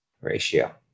ratio